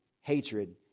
hatred